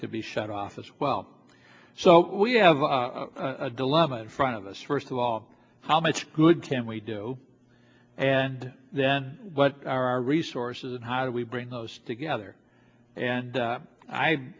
could be shut off as well so we have a dilemma in front of us first of all how much good can we do and then what are our resources and how do we bring those together and